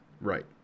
Right